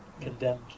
condemned